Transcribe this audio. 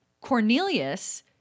Cornelius